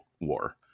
War